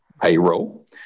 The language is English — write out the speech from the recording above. payroll